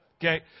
okay